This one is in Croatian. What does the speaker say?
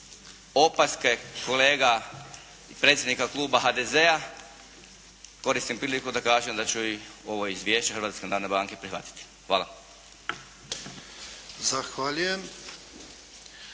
opaske kolega i predsjednika kluba HDZ-a koristim priliku da ću i ovo izvješće Hrvatske narodne banke prihvatiti. Hvala. **Jarnjak,